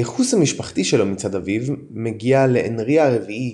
הייחוס המשפחתי שלו מצד אביו מגיע לאנרי הרביעי,